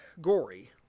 gory